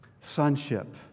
Sonship